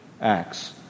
acts